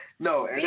No